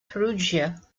perugia